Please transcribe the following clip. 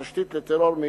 תשתית לטרור.